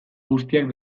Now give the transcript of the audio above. guztiak